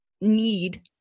need